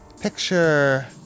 picture